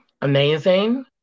amazing